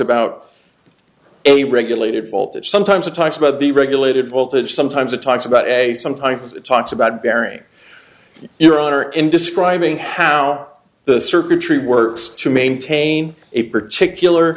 about a regulated voltage sometimes it talks about the regulated voltage sometimes it talks about a sometimes it talks about bearing your honor in describing how the circuitry works to maintain a particular